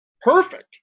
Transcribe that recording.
perfect